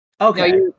Okay